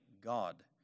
God